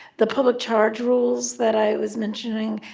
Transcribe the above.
the public charge rules that i was mentioning,